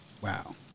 Wow